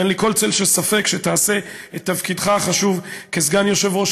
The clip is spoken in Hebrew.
ואין לי כל צל של ספק שתעשה את תפקידך החשוב כסגן יושב-ראש